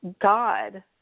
God